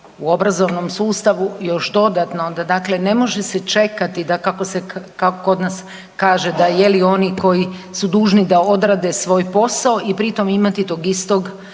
u obrazovnom sustavu još dodatno dakle, ne može se čekati da kako se kod nas kaže da je li oni koji su dužni da odrade svoj posao i pritom imati tog istog